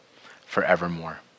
forevermore